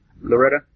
Loretta